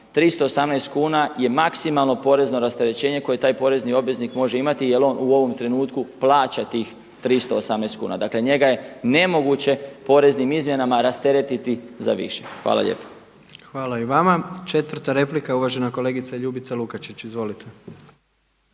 318 kuna je maksimalno porezno rasterećenje koje taj porezni obveznik može imati jer on u ovom trenutku plaća tih 318 kuna. Dakle njega je nemoguće poreznim izmjenama rasteretiti za više. Hvala lijepo. **Jandroković, Gordan (HDZ)** Hvala i vama. Četvrta replika je uvažena kolegica Ljubica Lukačić. Izvolite.